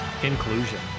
Conclusion